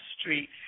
Street